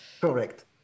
Correct